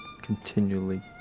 continually